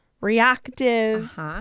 reactive